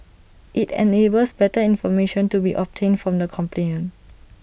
IT enables better information to be obtained from the complainant